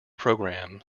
program